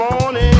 Morning